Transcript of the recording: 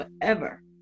forever